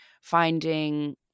finding